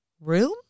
room